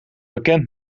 bekend